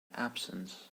absence